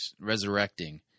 resurrecting